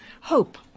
hope